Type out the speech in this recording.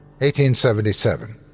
1877